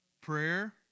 Prayer